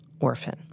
Orphan